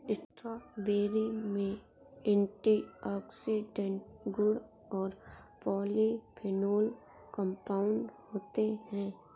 strawberry में antioxidant गुण और पॉलीफेनोल कंपाउंड होते हैं